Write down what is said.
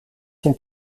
son